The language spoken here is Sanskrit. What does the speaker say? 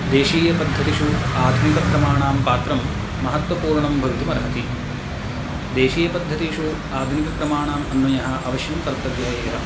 देशीयपद्धतिषु आधुनिकक्रमाणां पात्रं महत्वपूर्णं भवितुम् अर्हति देशीयपद्धतिषु आधुनिक्रमाणाम् अन्वयः अवश्यं कर्तव्यः एव